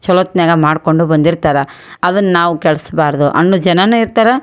ಚೊಲೋ ಹೊತ್ನ್ಯಾಗ ಮಾಡಿಕೊಂಡು ಬಂದಿರ್ತಾರೆ ಅದನ್ನು ನಾವು ಕೆಡಿಸ್ಬಾರ್ದು ಅನ್ನೋ ಜನನೂ ಇರ್ತಾರೆ